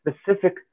specific